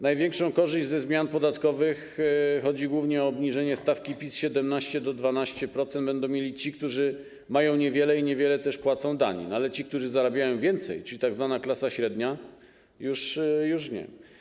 Największą korzyść ze zmian podatkowych, chodzi głównie o obniżenie stawki PIT z 17% do 12%, będą mieli ci, którzy mają niewiele i niewiele też płacą danin, natomiast ci, którzy zarabiają więcej, czyli tzw. klasa średnia, już nie.